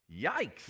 Yikes